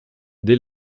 dès